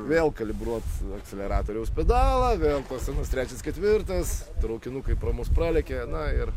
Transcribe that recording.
vėl kalibruot akceleratoriaus pedalą vėl tas anas trečias ketvirtas traukinukai pro mus pralekia na ir